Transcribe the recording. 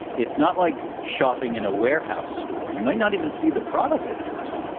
it's not like shopping in a warehouse store. you might not even see the product at first.